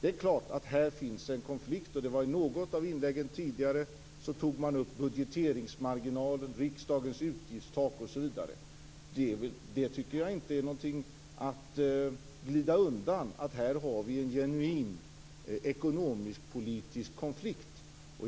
Det är klart att här finns en konflikt. I något av inläggen tidigare tog man upp budgeteringsmarginalen, riksdagens utgiftstak osv. Det är inte någonting att glida undan, att här har vi en genuin ekonomiskpolitisk konflikt.